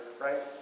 right